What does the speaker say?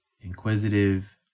inquisitive